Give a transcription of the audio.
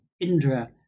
Indra